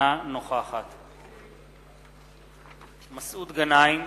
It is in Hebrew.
אינה נוכחת מסעוד גנאים,